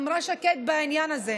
אמרה שקד בעניין הזה: